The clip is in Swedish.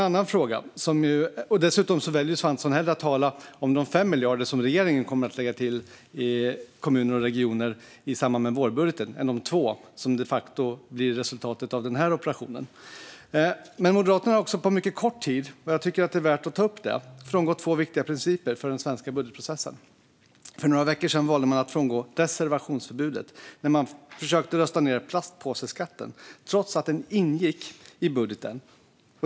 Svantesson nämner inte heller de 5 miljarder som regeringen kommer att anslå till kommuner och regioner i samband med vårbudgeten utan bara de 2 miljarder som de facto blir resultatet av denna operation. Dessutom har Moderaterna på mycket kort tid frångått två viktiga principer för den svenska budgetprocessen. För några veckor sedan valde de att frångå reservationsförbudet när de försökte rösta ned plastpåseskatten trots att den ingick i budgeten.